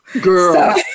Girl